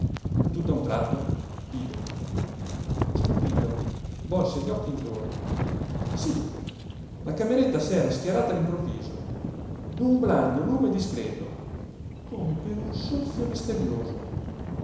avvolto tutt'a un tratto vide stupito volse gli occhi intorno sí la cameretta s'era schiarata all'improvviso d'un blando lume discreto come per un soffio misterioso